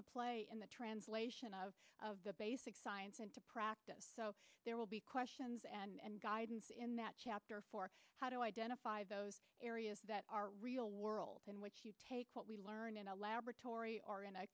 to play in the translation of the basic science into practice so there will be questions and guidance in that chapter for how to identify those areas that are real world in which you take what we learned in a laboratory or in a